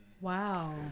Wow